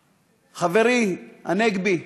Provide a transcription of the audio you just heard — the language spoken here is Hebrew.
חברי, הנגבי,